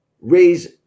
raise